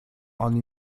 oni